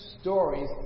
stories